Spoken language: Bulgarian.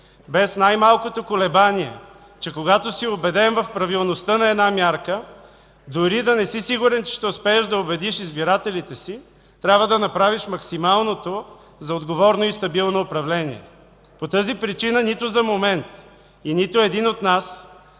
без най-малкото колебание, че когато си убеден в правилността на една мярка, дори да не си сигурен, че ще успееш да убедиш избирателите си, трябва да направиш максималното за отговорно и стабилно управление. По тази причина нито за момент и нито един от нас